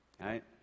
Right